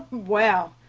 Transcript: well,